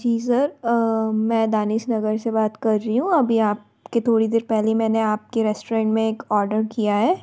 जी sir मैं दानिश नगर से बात कर रही हूँ अभी आप के थोड़ी देर पहले ही मैंने आप के रेस्टोरेंट में एक ऑर्डर किया है